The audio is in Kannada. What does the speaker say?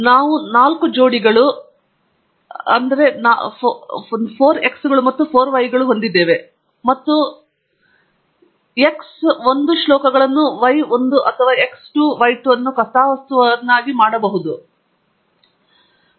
ನಾವು ನಾಲ್ಕು ಜೋಡಿಗಳು 4 x ಗಳು ಮತ್ತು 4 y ಗಳು ಹೊಂದಿದ್ದೇವೆ ಮತ್ತು ಒಂದು x 1 ಶ್ಲೋಕಗಳನ್ನು y 1 ಅಥವಾ x 2 y 2 ಅನ್ನು ಕಥಾವಸ್ತುವನ್ನಾಗಿ ಮಾಡಬಹುದೆಂದು ಮತ್ತು ಉಪನ್ಯಾಸದಲ್ಲಿ ನಾನು ನಿಮಗೆ ತೋರಿಸಿದ ಪ್ಲಾಟ್ಗಳನ್ನು ಮತ್ತೆ ರಚಿಸಬಹುದೆಂದು ನೆನಪಿಡಿ